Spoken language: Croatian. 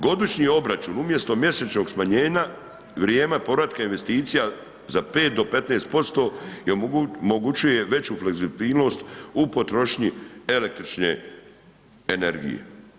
Godišnji obračun umjesto mjesečnog smanjenja, vrijeme povratka investicija za 5 do 15% omogućuje veću fleksibilnost u potrošnji električne energije.